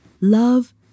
Love